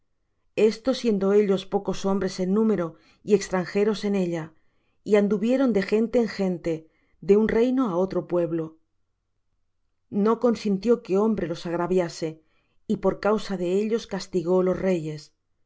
esto siendo ellos pocos hombres en número y extranjeros en ella y anduvieron de gente en gente de un reino á otro pueblo no consintió que hombre los agraviase y por causa de ellos castigó los reyes